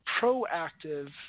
proactive